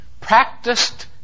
practiced